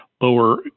lower